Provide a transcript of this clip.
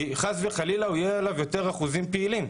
כי חס וחלילה יהיו עליו יותר אחוזים פעילים.